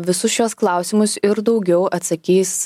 visus šiuos klausimus ir daugiau atsakys